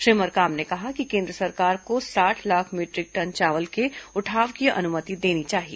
श्री मरकाम ने कहा कि केन्द्र सरकार को साठ लाख मीटरिक टन चावल के उठाव की अनुमति देनी चाहिए